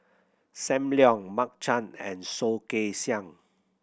Sam Leong Mark Chan and Soh Kay Siang